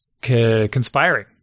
Conspiring